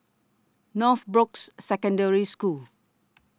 Northbrooks Secondary School